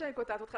שאני קוטעת אותך.